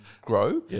grow